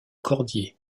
cordier